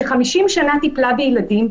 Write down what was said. ש-50 שנה טיפלה בילדים,